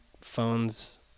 phones